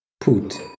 put